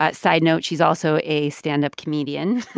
ah side note she's also a stand-up comedian.